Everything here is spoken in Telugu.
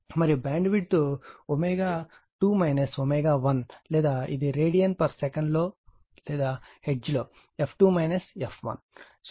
మరియు బ్యాండ్విడ్త్ ω2 ω1 లేదా ఇది రేడియన్ సెకన్ లేదా హెర్ట్జ్లో f2 f1